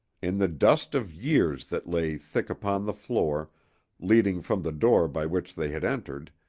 in the dust of years that lay thick upon the floor leading from the door by which they had entered,